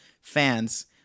fans